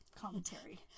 commentary